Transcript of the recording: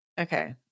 okay